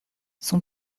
son